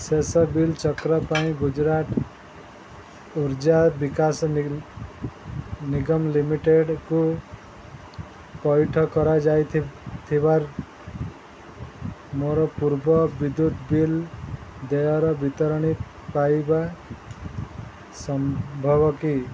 ଶେଷ ବିଲ୍ ଚକ୍ର ପାଇଁ ଗୁଜରାଟ ଉର୍ଜା ବିକାଶ ନିଗମ ଲିମିଟେଡ଼୍କୁ ପଇଠ କରାଯାଇଥିବା ମୋର ପୂର୍ବ ବିଦ୍ୟୁତ ବିଲ୍ ଦେୟର ବିତରଣୀ ପାଇବା ସମ୍ଭବ କି